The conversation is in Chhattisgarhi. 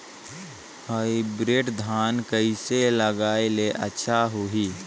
हाईब्रिड धान कइसे लगाय ले अच्छा होही?